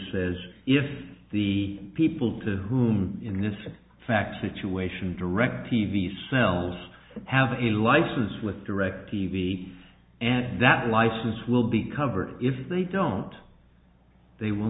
says if the people to whom in this fax situation directv sells have a license with directv and that license will be covered if they don't they will